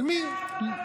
על מי אתה מדבר?